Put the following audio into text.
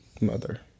mother